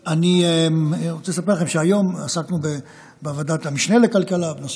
אני רוצה לספר לכם שהיום עסקנו בוועדת המשנה לכלכלה בנושא